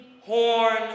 horn